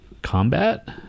Combat